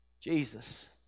Jesus